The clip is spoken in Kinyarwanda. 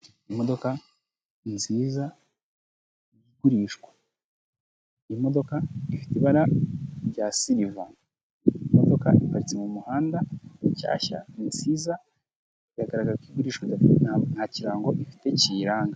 Imodoka nziza igurishwa. Iyi modoka ifite ibara rya siriva. Imododoka iparitse mu muhanda ni nshyashya, ni nziza, biragaragaza ko igurishwa, nta kirango ifite kiyiranga.